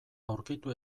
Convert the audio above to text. aurkitu